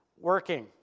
working